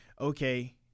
okay